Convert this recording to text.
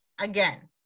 Again